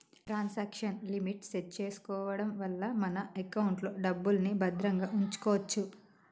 transaction limit set చేసుకోడం వల్ల మన ఎకౌంట్లో డబ్బుల్ని భద్రంగా వుంచుకోచ్చు